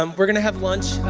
um we're going to have lunch.